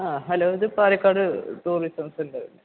ആ ഹലോ ഇത് പാലക്കാട് ടൂറിസം സെൻ്ററല്ലെ